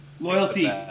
Loyalty